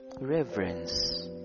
Reverence